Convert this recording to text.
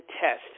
test